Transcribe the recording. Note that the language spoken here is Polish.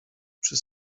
przy